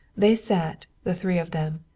they sat, the three of them,